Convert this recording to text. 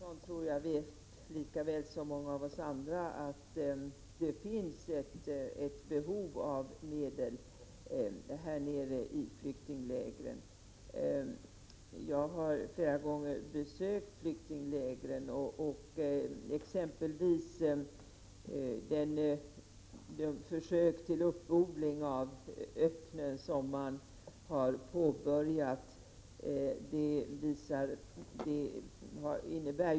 Herr talman! Jag kanske inte är lika nöjd som Maria Leissner över Axel Anderssons ställningstagande i fråga om biståndet till Polisario. Axel Andersson sade visserligen, som det också står i utskottsbetänkandet, att det finns en beredskap. Jag tror att Axel Andersson, lika väl som många av oss andra, vet att det finns ett behov av medel i flyktinglägren.